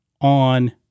on